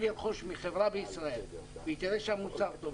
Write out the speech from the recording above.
לרכוש מחברה בישראל והיא תראה שהמוצר טוב,